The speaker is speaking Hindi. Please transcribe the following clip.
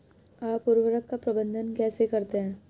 आप उर्वरक का प्रबंधन कैसे करते हैं?